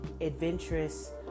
adventurous